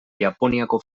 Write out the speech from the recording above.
japoniako